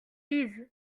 lisent